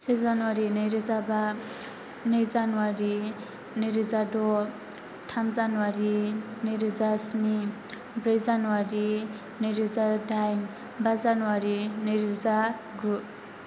से जानुवारि नैरोजा बा नै जानुवारि नैरोजा द' थाम जानुवारि नैरोजा स्नि ब्रै जानुवारि नैरोजा दाइन बा जानुवारि नैरोजा गु